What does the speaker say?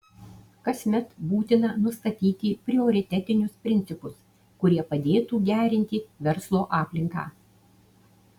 kasmet būtina nustatyti prioritetinius principus kurie padėtų gerinti verslo aplinką